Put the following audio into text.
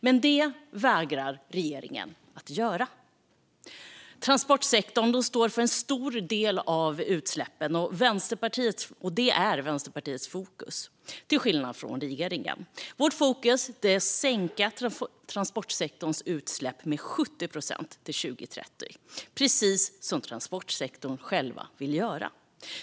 Men regeringen vägrar. Transportsektorn står för en stor del av utsläppen. Vänsterpartiets fokus, till skillnad från regeringens, är att sänka transportsektorns utsläpp med 70 procent till 2030, precis som transportsektorn själv vill göra.